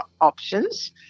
options